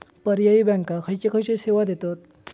पर्यायी बँका खयचे खयचे सेवा देतत?